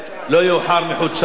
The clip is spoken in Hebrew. לא יאוחר מחודשיים.